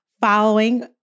following